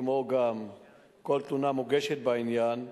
כמו גם כל תלונה המוגשת בעניין,